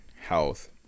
health